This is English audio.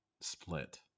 split